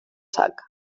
sac